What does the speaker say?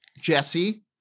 Jesse